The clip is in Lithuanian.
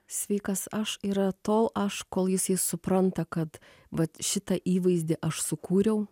sveikas aš yra tol aš kol jisai supranta kad vat šitą įvaizdį aš sukūriau